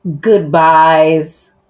goodbyes